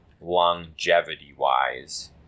longevity-wise